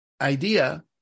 idea